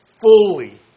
Fully